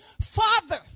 father